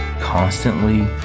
constantly